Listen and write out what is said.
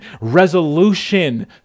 resolution